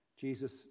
Jesus